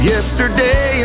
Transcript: Yesterday